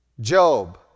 Job